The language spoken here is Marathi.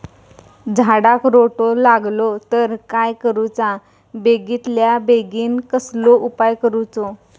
झाडाक रोटो लागलो तर काय करुचा बेगितल्या बेगीन कसलो उपाय करूचो?